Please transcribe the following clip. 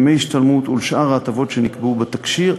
ימי השתלמות ושאר ההטבות שנקבעו בתקשי"ר,